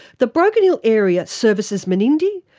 the broken hill area services menindee,